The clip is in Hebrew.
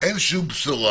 אין שום בשורה.